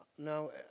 No